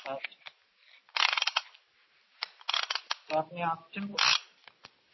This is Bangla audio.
আচ্ছা তা আপনি আসছেন কবে